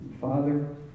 Father